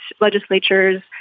legislatures